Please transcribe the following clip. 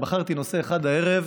בחרתי נושא אחד הערב,